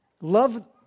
Love